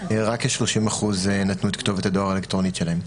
רק כ-30% נתנו את כתובת הדואר האלקטרונית שלהם.